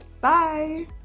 Bye